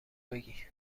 بگی